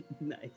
Nice